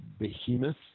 Behemoth